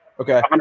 Okay